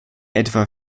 etwa